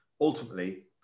ultimately